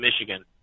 Michigan